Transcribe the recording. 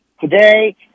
Today